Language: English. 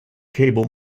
cable